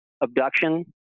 abduction